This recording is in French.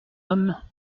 homme